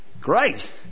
Great